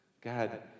God